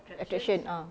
attraction ah